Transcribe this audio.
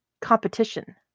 competition